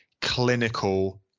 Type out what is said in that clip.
clinical